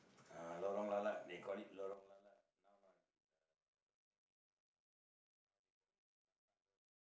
uh Lorong lalat they call it lorong lalat now not the road name is no more now they call it Kelantan Road